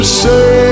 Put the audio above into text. say